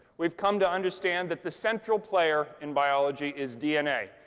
we've come to understand that the central player in biology is dna.